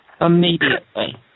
Immediately